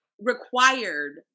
required